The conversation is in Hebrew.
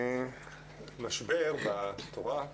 משבר בתורה הוא